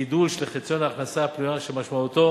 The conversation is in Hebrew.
גידול של חציון ההכנסה הפנויה, שמשמעותו